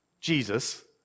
Jesus